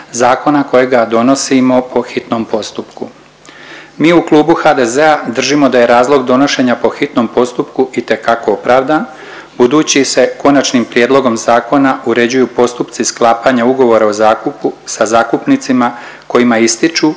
Zakona kojega donosimo po hitnom postupku. Mi u Klubu HDZ-a držimo da je razlog donošenja po hitnom postupku itekako opravdan budući se konačnim prijedlogom zakona uređuju postupci sklapanja ugovora o zakupu sa zakupnicima kojima ističu